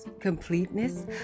completeness